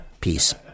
Peace